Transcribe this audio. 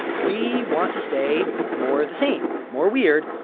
we want to stay more of the same, more weird,